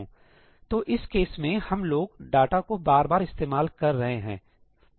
तो इस केस में हम लोग डाटा को बार बार इस्तेमाल कर रहे हैं